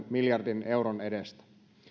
miljardin euron edestä